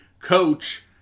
coach